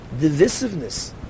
divisiveness